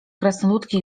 krasnoludki